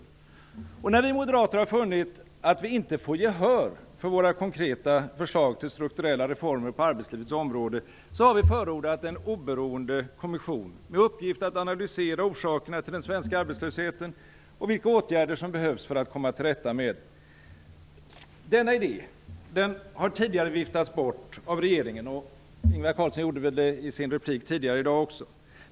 Efter det att vi moderater funnit att vi inte får gehör för våra konkreta förslag till strukturella reformer på arbetslivets område har vi förordat en oberoende kommission med uppgiften att analysera orsakerna till den svenska arbetslösheten och att se vilka åtgärder som behövs för att vi skall komma till rätta med arbetslösheten. Denna idé har tidigare viftats bort av regeringen, och Ingvar Carlsson gjorde väl det också i en replik här tidigare i dag.